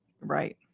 Right